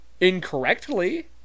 incorrectly